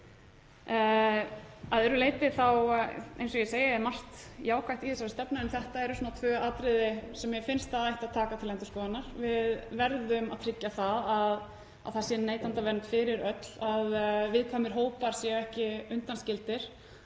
Að öðru leyti, eins og ég segi, er margt jákvætt í þessari stefnu en þetta eru tvö atriði sem mér finnst að ætti að taka til endurskoðunar. Við verðum að tryggja að það sé neytendavernd fyrir öll, að viðkvæmir hópar séu ekki undanskildir.